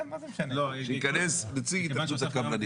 שייכנס נציג התאחדות הקבלנים.